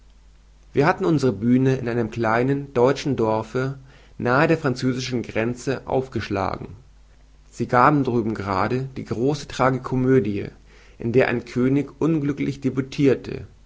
wir hatten unsere bühne in einem kleinen deutschen dorfe nahe an der französischen grenze aufgeschlagen sie gaben drüben grade die große tragikomödie in der ein könig unglücklich